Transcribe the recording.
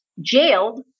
jailed